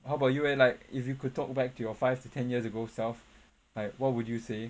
how about you eh like if you could talk back to your five to ten years ago self like what would you say